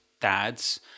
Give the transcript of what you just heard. dads